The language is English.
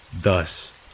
Thus